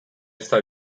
esta